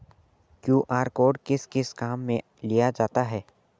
QR code किस किस काम में लिया जाता है?